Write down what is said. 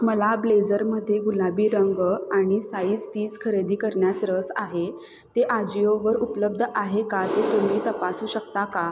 मला ब्लेझरमध्ये गुलाबी रंग आणि साईस तीस खरेदी करण्यास रस आहे ते आजिओवर उपलब्ध आहे का ते तुम्ही तपासू शकता का